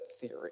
theory